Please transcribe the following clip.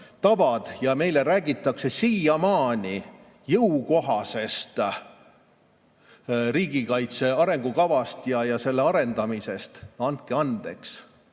tavad. Meile räägitakse siiamaani jõukohasest riigikaitse arengukavast ja selle arendamisest. Andke andeks,